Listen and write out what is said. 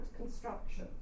construction